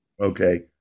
Okay